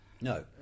No